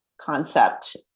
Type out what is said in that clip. concept